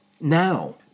now